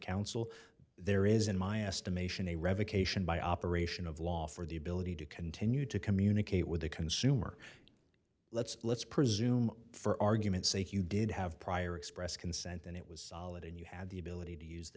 counsel there is in my estimation a revocation by operation of law for the ability to continue to communicate with the consumer let's let's presume for argument's sake you did have prior express consent and it was solid and you had the ability to use the